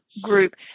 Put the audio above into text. group